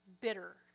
bitter